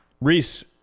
Reese